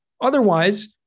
Otherwise-